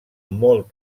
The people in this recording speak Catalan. molt